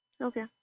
Okay